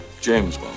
James